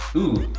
ooo,